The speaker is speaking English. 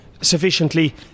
sufficiently